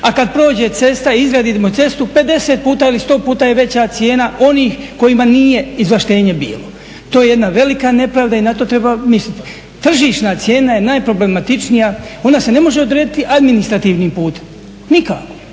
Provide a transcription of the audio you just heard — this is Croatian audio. a kad prođe cesta i izgradimo cestu 50 puta ili 100 puta je veća cijena onih kojima nije izvlaštenje bilo. To je jedna velika nepravda i na to treba misliti. Tržišna cijena je najproblematičnija, ona se ne može odrediti administrativnim putem nikako.